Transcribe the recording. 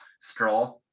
straw